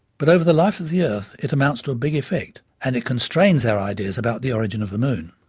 but over the life of the earth it amounts to a big effect and it constrains our ideas about the origin of the moon.